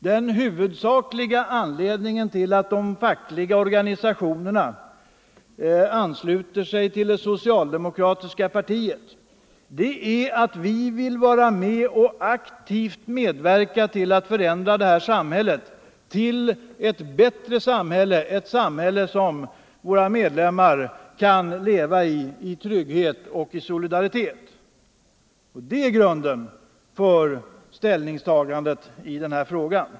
Den huvudsakliga anledningen till att de fackliga organisationerna ansluter sig till det socialdemokratiska partiet är att vi vill vara med och aktivt medverka till att förändra det här samhället till ett bättre samhälle — ett samhälle där våra medlemmar kan leva i trygghet och solidaritet. Det är grunden för ställningstagandet i den här frågan.